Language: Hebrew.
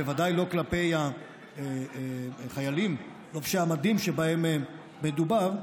ובוודאי כלפי החיילים לובשי המדים שבהם מדובר,